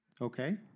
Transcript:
okay